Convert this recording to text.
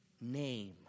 name